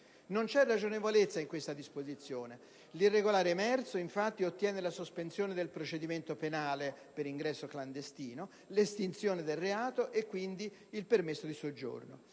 Non c'è ragionevolezza in questa disposizione: l'irregolare emerso, infatti, ottiene la sospensione del procedimento penale (per ingresso clandestino), l'estinzione del reato e, quindi, il permesso di soggiorno.